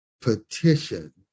petition